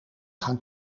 gaan